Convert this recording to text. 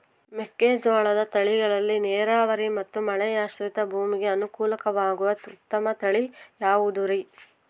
ಮೆಕ್ಕೆಜೋಳದ ತಳಿಗಳಲ್ಲಿ ನೇರಾವರಿ ಮತ್ತು ಮಳೆಯಾಶ್ರಿತ ಭೂಮಿಗೆ ಅನುಕೂಲವಾಗುವ ಉತ್ತಮ ತಳಿ ಯಾವುದುರಿ?